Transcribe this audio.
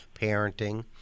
parenting